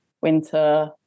winter